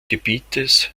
gebietes